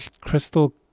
crystal